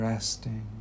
Resting